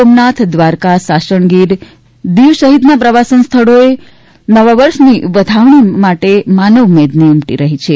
સોમનાથ દ્વારકા સાસણગીર દીવ સહિતના પ્રવાસન સ્થળો બે નવા વર્ષની વધામણી માટે માનવ મેદની ઉમટી રહી છે